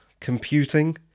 computing